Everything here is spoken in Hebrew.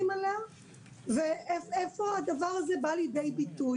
עליה ואיפה הדבר הזה בא לידי ביטוי?